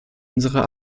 unserer